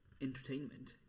entertainment